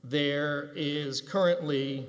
there is currently